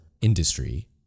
industry